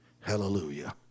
Hallelujah